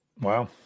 Wow